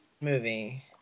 movie